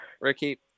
Ricky